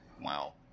Wow